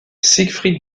siegfried